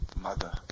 mother